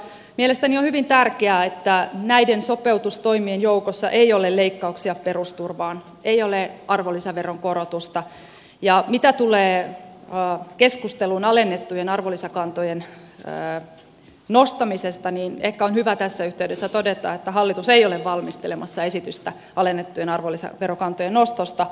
mielestäni on hyvin tärkeää että näiden sopeutustoimien joukossa ei ole leikkauksia perusturvaan ei ole arvonlisäveron korotusta ja mitä tulee keskusteluun alennettujen arvonlisäkantojen nostamisesta niin ehkä on hyvä tässä yhteydessä todeta että hallitus ei ole valmistelemassa esitystä alennettujen arvonlisäverokantojen nostosta